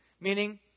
meaning